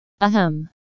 Ahem